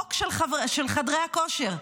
בחוק של חדרי הכושר.